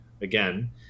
again